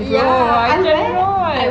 ya oh my god